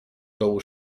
dołu